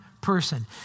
person